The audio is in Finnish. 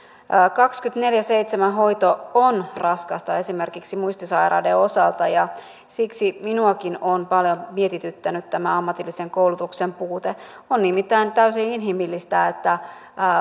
kaksikymmentäneljä kautta seitsemän hoito on raskasta esimerkiksi muistisairaiden osalta ja siksi minuakin on paljon mietityttänyt tämä ammatillisen koulutuksen puute on nimittäin täysin inhimillistä että